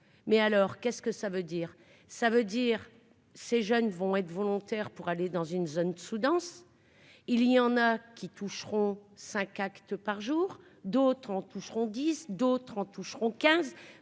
mais alors qu'est-ce que ça veut dire ça veut dire, ces jeunes vont être volontaire pour aller dans une zone sous-dense, il y en a qui toucheront 5 actes. Par jour, d'autres en toucheront 10 d'Autrans toucheront 15,